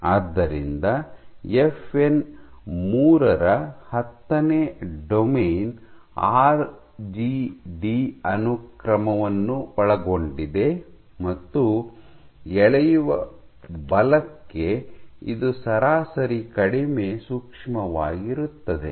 ಆದ್ದರಿಂದ ಎಫ್ಎನ್ ಮೂರು ನ ಹತ್ತನೇ ಡೊಮೇನ್ ಆರ್ ಜಿ ಡಿ ಅನುಕ್ರಮವನ್ನು ಒಳಗೊಂಡಿದೆ ಮತ್ತು ಎಳೆಯುವ ಬಲಕ್ಕೆ ಇದು ಸರಾಸರಿ ಕಡಿಮೆ ಸೂಕ್ಷ್ಮವಾಗಿರುತ್ತದೆ